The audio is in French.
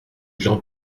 jean